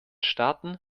staaten